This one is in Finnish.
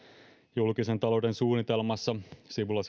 julkisen talouden suunnitelmassa sivulla